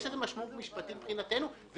יש לזה משמעות משפטית מבחינתנו.